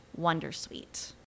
wondersuite